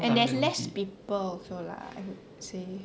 and there's less people lah I would say